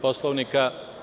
Poslovnika.